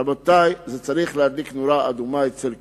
רבותי, זה צריך להדליק נורה אדומה אצל כולנו,